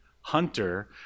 Hunter